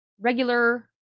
regular